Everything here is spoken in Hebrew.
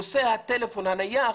נושא הטלפון הנייח,